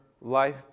life